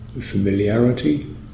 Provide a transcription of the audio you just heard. familiarity